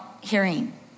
hearing